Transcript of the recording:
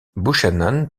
buchanan